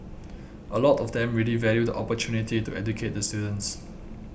a lot of them really value the opportunity to educate the students